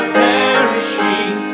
perishing